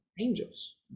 angels